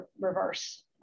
reverse